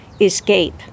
escape